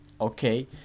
okay